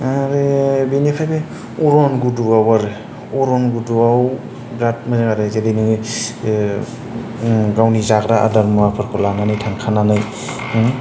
आरो बेनिफ्रायबो अरन गुदुआव आरो अरन गुदुआव बेराद मोजां ओरै जेरैनि गावनि जाग्रा आदार मुवाफोरखौ लानानै थांखानानै